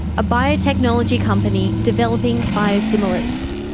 a biotechnology company developing biosimilars.